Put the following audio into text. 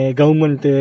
government